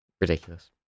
Ridiculous